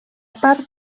part